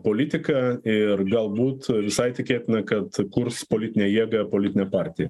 politiką ir galbūt visai tikėtina kad kurs politinę jėgą politinę partiją